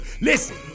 Listen